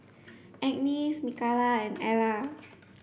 Agnes Mikalah and Ellar